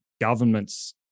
governments